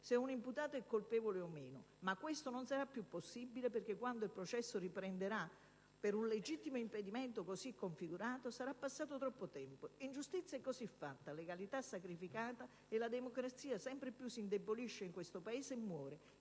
se un imputato è colpevole o meno. Ma questo non sarà più possibile, perché quando il processo riprenderà per un legittimo impedimento così configurato sarà passato troppo tempo. Ingiustizia è così fatta, la legalità sacrificata e la democrazia sempre più si indebolisce in questo Paese e muore,